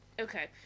Okay